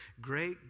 great